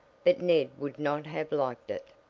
but ned would not have liked it.